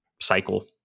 cycle